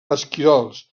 esquirols